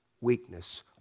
weakness